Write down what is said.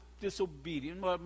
disobedience